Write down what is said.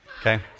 Okay